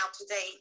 today